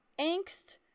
angst